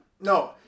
No